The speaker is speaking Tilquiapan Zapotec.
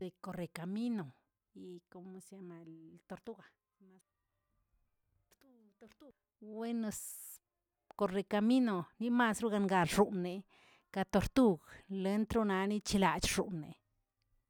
Correcamino y como se llama el tortuga matu tortug, buenos correcamino yimazrguengaxoꞌneꞌ, ka tortug len ronani chelach xon'